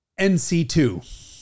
NC2